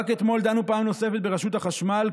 רק אתמול דנו פעם נוספת ברשות החשמל,